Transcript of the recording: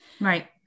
Right